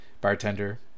bartender